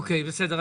אוקיי, בסדר.